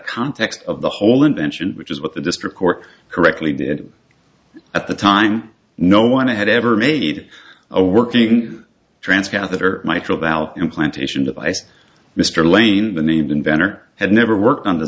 context of the whole invention which is what the district court correctly did at the time no one to have ever made a working trance catheter mitral valve implantation device mr lane the named inventor had never worked on